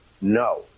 No